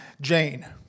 Jane